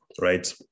right